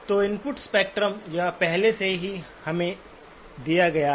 तो input spectrum यह पहले से ही हमें दिया गया है